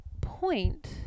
point